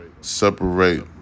separate